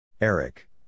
Eric